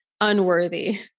unworthy